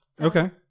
Okay